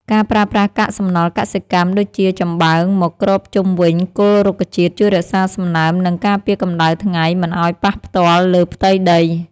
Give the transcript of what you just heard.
ការប្រើប្រាស់កាកសំណល់កសិកម្មដូចជាចំបើងមកគ្របជុំវិញគល់រុក្ខជាតិជួយរក្សាសំណើម និងការពារកម្តៅថ្ងៃមិនឱ្យប៉ះផ្ទាល់លើផ្ទៃដី។